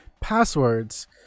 passwords